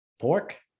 pork